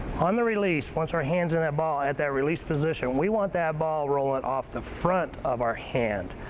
on the release, once our hands on that ball in and that release position, we want that ball rolling off the front of our hand.